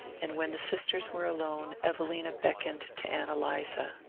and when the sisters were alone evelina beckoned to ann eliza.